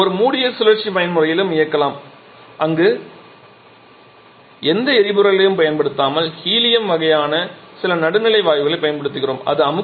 நாம் ஒரு மூடிய சுழற்சி பயன்முறையிலும் இயக்கலாம் அங்கு நாம் எந்த எரிபொருளையும் பயன்படுத்தாமல் ஹீலியம் வகையான சில நடுநிலை வாயுவைப் பயன்படுத்துகிறோம்